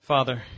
Father